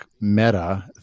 Meta